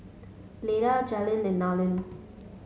Leda Jalen and Narlen